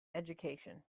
education